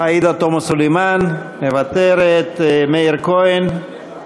עאידה תומא סלימאן, מוותרת, מאיר כהן,